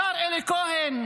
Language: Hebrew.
השר אלי כהן,